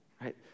right